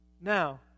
Now